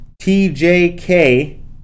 TJK